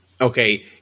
Okay